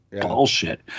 bullshit